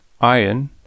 Iron